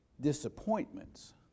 disappointments